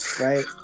right